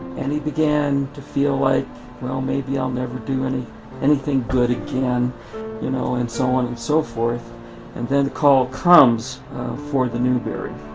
and he began to feel like well maybe i'll never do any anything good again you know and so on and so forth and then call comes for the newbery.